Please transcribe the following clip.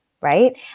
Right